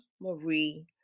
Marie